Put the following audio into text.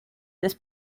this